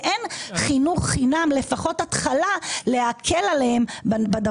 אין חינוך חינם כדי להקל עליהם.